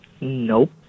Nope